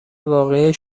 واقعی